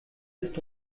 ist